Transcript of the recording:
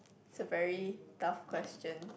it's a very tough question